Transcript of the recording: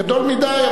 גדול מדי,